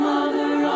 Mother